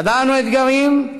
ידענו אתגרים,